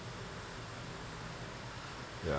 ya